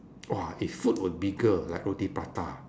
!wah! if food were bigger like roti prata